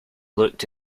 looked